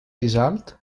result